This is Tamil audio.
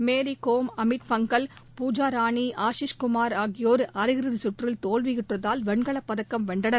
மேரிகேம் அமித் பாங்கல் பூஜா ராணி ஆஷிஸ் குமார் ஆகியோர் அரையிறுதி சுற்றில் தோல்வியுற்றதால் வெண்கலப்பதக்கம் வென்றனர்